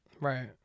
Right